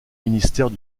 ministère